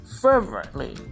Fervently